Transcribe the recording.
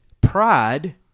pride